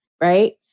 right